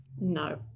No